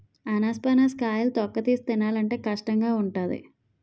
అనాసపనస కాయలు తొక్కతీసి తినాలంటే కష్టంగావుంటాది